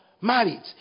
married